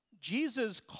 Jesus